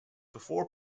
before